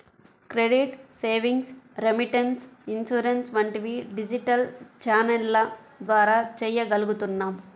credit, savings, remittance, insurance వంటివి digital ఛానెల్ల ద్వారా చెయ్యగలుగుతున్నాం